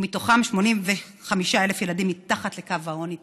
ובתוכן 85,000 ילדים מתחת לקו העוני,